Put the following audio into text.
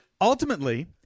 Ultimately